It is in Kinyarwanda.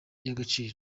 y’agaciro